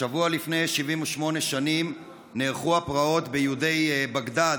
השבוע לפני 78 שנים נערכו הפרעות ביהודי בגדד,